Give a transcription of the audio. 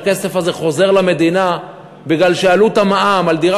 הכסף הזה חוזר למדינה בגלל שעלות המע"מ על דירה